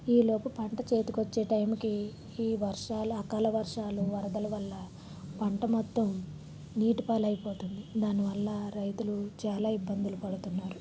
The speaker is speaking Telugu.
ఈలోపు పంట చేతికి వచ్చే టైంకి ఈ వర్షాలు అకాలవర్షాలు వరదల వల్ల పంట మొత్తం నీటి పాలు అయిపోతుంది దానివల్ల రైతులు చాలా ఇబ్బందులు పడుతున్నారు